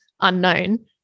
unknown